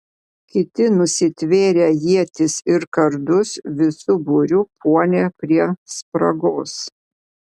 kiti nusitvėrę ietis ir kardus visu būriu puolė prie spragos